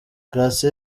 garcia